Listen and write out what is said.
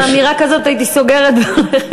עם אמירה כזאת הייתי סוגרת והולכת,